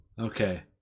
Okay